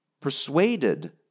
persuaded